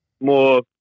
more